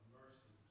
mercy